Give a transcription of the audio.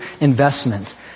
investment